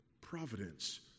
providence